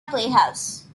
playhouse